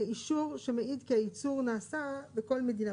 אישור כי מעיד כי היצור נעשה בכל מדינה,